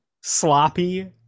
sloppy